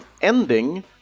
Ending